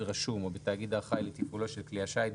רשום או בתאגיד האחראי לתפעולו של כלי השיט,